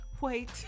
wait